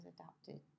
adopted